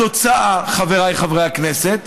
התוצאה, חבריי חברי הכנסת,